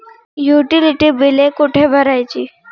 Utility बिले कुठे भरायची?